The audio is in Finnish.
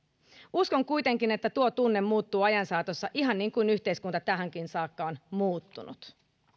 uskon kuitenkin että tuo tunne muuttuu ajan saatossa ihan niin kuin yhteiskunta tähänkin saakka on muuttunut